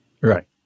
Right